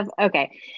Okay